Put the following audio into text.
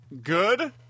good